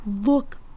look